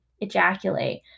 ejaculate